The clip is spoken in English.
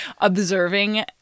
observing